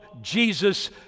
Jesus